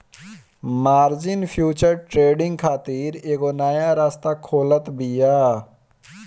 margin future trading खातिर एगो नया रास्ता खोलत बिया